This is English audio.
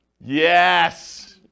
Yes